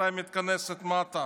מתי מתכנסת מת"ע,